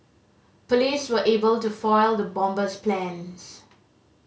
police were able to foil the bomber's plans